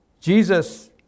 Jesus